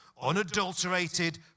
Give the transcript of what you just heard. unadulterated